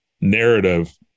narrative